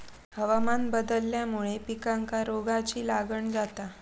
हवामान बदलल्यामुळे पिकांका रोगाची लागण जाता